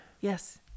Yes